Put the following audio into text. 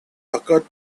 occurred